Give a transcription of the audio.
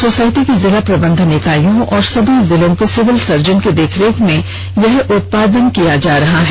society की जिला प्रबंधन इकाइयों और सभी जिलों के सिविल सर्जन की देखरेख में यह उत्पादन किया जा रहा है